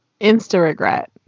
Insta-regret